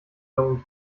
dummen